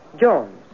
Jones